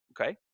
Okay